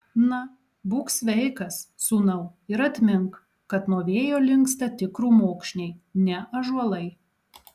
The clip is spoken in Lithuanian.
na būk sveikas sūnau ir atmink kad nuo vėjo linksta tik krūmokšniai ne ąžuolai